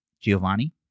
Giovanni